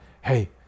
hey